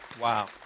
Wow